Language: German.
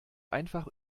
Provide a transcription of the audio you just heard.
einfach